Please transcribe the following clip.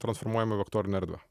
transformuojama į vektorinę erdvę